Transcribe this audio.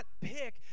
pick